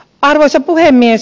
arvoisa puhemies